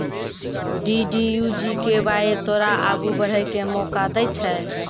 DDU GKY तोरा आगू बढ़ै के मौका दै छै